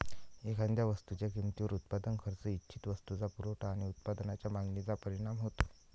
एखाद्या वस्तूच्या किमतीवर उत्पादन खर्च, इच्छित वस्तूचा पुरवठा आणि उत्पादनाच्या मागणीचा परिणाम होतो